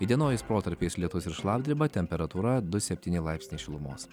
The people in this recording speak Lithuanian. įdienojus protarpiais lietus ir šlapdriba temperatūra du septyni laipsniai šilumos